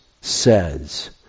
says